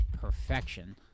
perfection